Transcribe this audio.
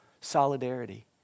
solidarity